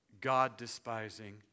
God-despising